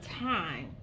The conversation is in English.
time